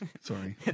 Sorry